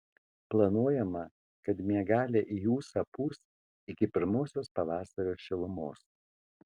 planuojama kad miegalė į ūsą pūs iki pirmosios pavasario šilumos